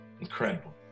Incredible